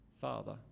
Father